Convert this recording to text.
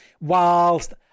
Whilst